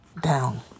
down